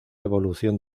evolución